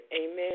Amen